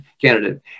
candidate